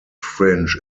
fringe